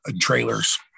trailers